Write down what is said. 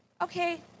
Okay